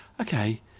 Okay